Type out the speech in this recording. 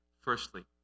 Firstly